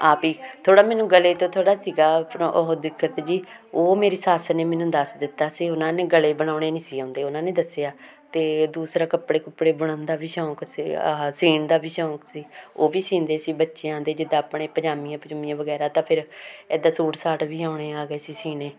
ਆਪ ਹੀ ਥੋੜ੍ਹਾ ਮੈਨੂੰ ਗਲੇ ਤੋਂ ਥੋੜ੍ਹਾ ਸੀਗਾ ਆਪਣਾ ਉਹ ਦਿੱਕਤ ਜਿਹੀ ਉਹ ਮੇਰੀ ਸੱਸ ਨੇ ਮੈਨੂੰ ਦੱਸ ਦਿੱਤਾ ਸੀ ਉਹਨਾਂ ਨੇ ਗਲੇ ਬਣਾਉਣੇ ਨਹੀਂ ਸੀ ਆਉਂਦੇ ਉਹਨਾਂ ਨੇ ਦੱਸਿਆ ਅਤੇ ਦੂਸਰਾ ਕੱਪੜੇ ਕੁਪੜੇ ਬਣਾਉਣ ਦਾ ਵੀ ਸ਼ੌਕ ਸੀ ਆਹ ਸੀਣ ਦਾ ਵੀ ਸ਼ੌਕ ਸੀ ਉਹ ਵੀ ਸੀਂਦੇ ਸੀ ਬੱਚਿਆਂ ਦੇ ਜਿੱਦਾਂ ਆਪਣੇ ਪਜਾਮੀਆਂ ਪੁਜਾਮੀਆਂ ਵਗੈਰਾ ਤਾਂ ਫਿਰ ਇੱਦਾਂ ਸੂਟ ਸਾਟ ਵੀ ਆਉਣੇ ਆ ਗਏ ਸੀ ਸੀਣੇ